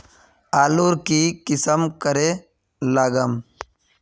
आलूर की किसम करे लागम?